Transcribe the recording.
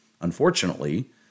Unfortunately